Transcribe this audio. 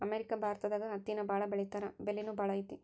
America ಭಾರತದಾಗ ಹತ್ತಿನ ಬಾಳ ಬೆಳಿತಾರಾ ಬೆಲಿನು ಬಾಳ ಐತಿ